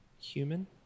human